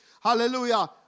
Hallelujah